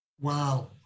Wow